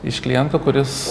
iš kliento kuris